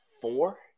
four